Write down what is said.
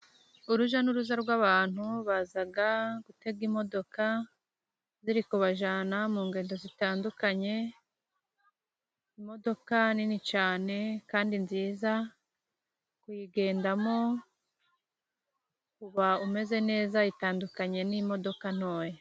Urujya n'uruza rw'abantu bazaga gutega imodoka ziri kubajyana mu ngendo zitandukanye, imodoka nini cyane kandi nziza kuyigendamo uba umeze neza itandukanye n'imodoka ntoya.